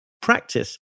practice